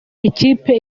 ikipe